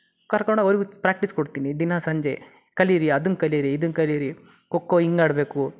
ಕರ್ಕೊಂಡೋಗಿ ಅವ್ರಿಗೂ ಪ್ರಾಕ್ಟಿಸ್ ಕೊಡ್ತೀನಿ ದಿನಾ ಸಂಜೆ ಕಲೀರಿ ಅದನ್ನ ಕಲೀರಿ ಇದನ್ನ ಕಲೀರಿ ಖೊ ಖೋ ಹಿಂಗ್ ಆಡಬೇಕು